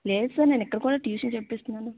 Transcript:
లేదు సార్ నేను ఇక్కడ కూడా ట్యూషన్ చెప్పిస్తున్నాను